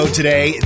today